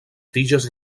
tiges